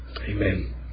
Amen